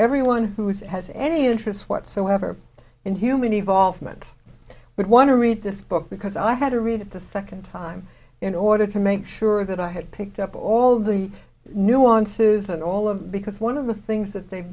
everyone who has any interest whatsoever in human evolve from it would want to read this book because i had to read it the second time in order to make sure that i had picked up all the nuances and all of because one of the things that they've